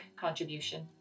contribution